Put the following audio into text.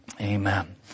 amen